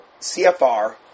CFR